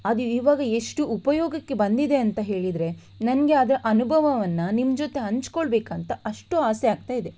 ಅದು ಇವಾಗ ಎಷ್ಟು ಉಪಯೋಗಕ್ಕೆ ಬಂದಿದೆ ಅಂತ ಹೇಳಿದರೆ ನನಗೆ ಅದರ ಅನುಭವವನ್ನು ನಿಮ್ಮ ಜೊತೆ ಹಂಚ್ಕೊಳ್ಬೇಕಂತ ಅಷ್ಟು ಆಸೆ ಆಗ್ತಾ ಇದೆ